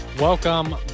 Welcome